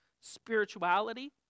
spirituality